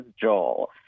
Joel